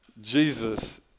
Jesus